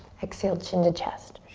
exhale, chin to chest.